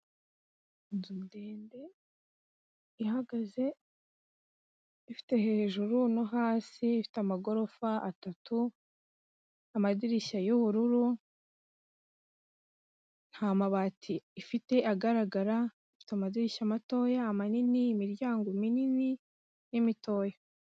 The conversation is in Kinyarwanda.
Inzu ndende, ihagaze, ifite hejuru no hasi, ifite amagorofa atatu, amadirishya y'ubururu, nta mabati ifite agaragara, ifite amadirishya matoya, amanini, imiryango minini n'imitoya.